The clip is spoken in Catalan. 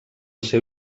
seu